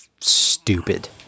stupid